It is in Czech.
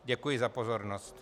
Děkuji za pozornost.